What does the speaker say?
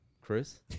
Chris